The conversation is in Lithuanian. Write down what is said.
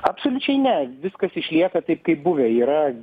absoliučiai ne viskas išlieka taip kaip buvę yra